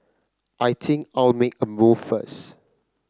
I think I'll make a move first